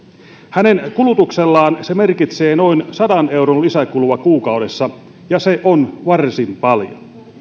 hänen kulutuksellaan se merkitsee noin sadan euron lisäkulua kuukaudessa ja se on varsin paljon